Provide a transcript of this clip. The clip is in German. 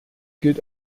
gilt